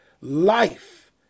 life